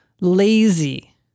lazy